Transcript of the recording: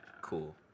Cool